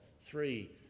three